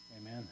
Amen